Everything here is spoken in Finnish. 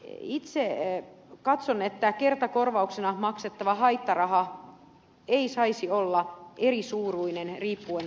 itse katson että kertakorvauksena maksettava haittaraha ei saisi olla erisuuruinen riippuen sukupuolesta